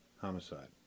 Homicide